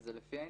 זה לפי העניין.